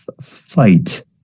fight